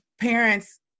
parents